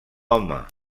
home